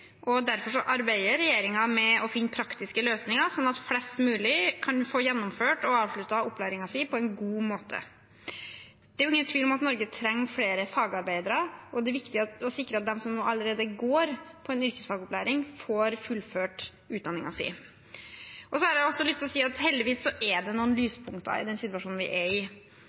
arbeider regjeringen med å finne praktiske løsninger slik at flest mulig kan få gjennomført og avsluttet opplæringen sin på en god måte. Det er ingen tvil om at Norge trenger flere fagarbeidere, og det er viktig å sikre at de som allerede er under yrkesfagopplæring, får fullført utdanningen sin. Så har jeg også lyst til å si at heldigvis er det noen lyspunkter i den situasjonen vi er i.